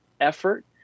effort